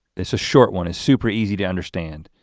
it's a short one, it's super easy to understand.